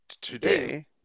today